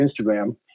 Instagram